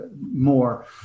more